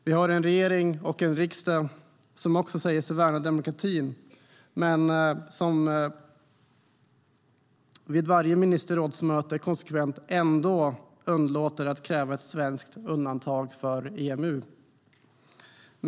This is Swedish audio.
Vi har en regering och en riksdag som också säger sig värna demokratin men som vid varje ministerrådsmöte konsekvent ändå underlåter att kräva ett svenskt undantag för EMU.